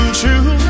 true